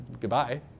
Goodbye